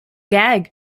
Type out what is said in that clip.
gag